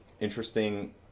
interesting